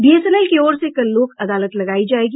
BSNL की ओर से कल लोक अदालत लगायी जायेगी